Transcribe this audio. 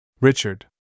Richard